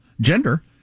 gender